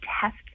test